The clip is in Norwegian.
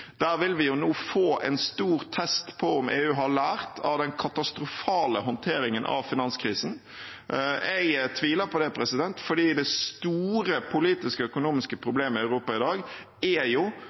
Der vil vi jo nå få en stor test på om EU har lært av den katastrofale håndteringen av finanskrisen. Jeg tviler på det, for det store politiske økonomiske problemet i Europa i dag er